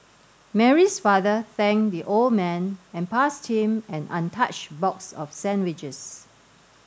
Mary's father thanked the old man and passed him an untouched box of sandwiches